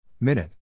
Minute